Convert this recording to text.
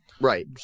Right